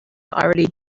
already